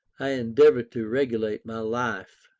i endeavour to regulate my life.